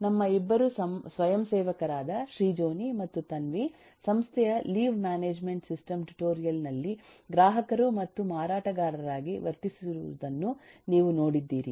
ನಮ್ಮ ಇಬ್ಬರು ಸ್ವಯಂಸೇವಕರಾದ ಶ್ರೀಜೋನಿ ಮತ್ತು ತನ್ವಿ ಸಂಸ್ಥೆಯ ಲೀವ್ ಮ್ಯಾನೇಜ್ಮೆಂಟ್ ಸಿಸ್ಟಮ್ ಟ್ಯುಟೋರಿಯಲ್ ನಲ್ಲಿ ಗ್ರಾಹಕರು ಮತ್ತು ಮಾರಾಟಗಾರರಾಗಿ ವರ್ತಿಸುತ್ತಿರುವುದನ್ನು ನೀವು ನೋಡಿದ್ದೀರಿ